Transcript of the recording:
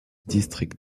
district